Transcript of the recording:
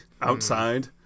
outside